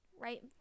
right